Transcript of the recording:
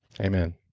Amen